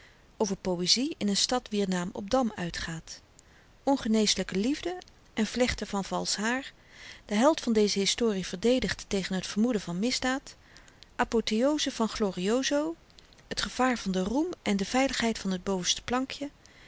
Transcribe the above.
over poëzie in n stad wier naam op dam uitgaat ongeneeslyke liefde en vlechten van valsch haar de held van deze historie verdedigd tegen t vermoeden van misdaad apothéose van glorioso t gevaar van den roem en de veiligheid van t bovenste plankje